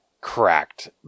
cracked